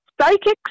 Psychics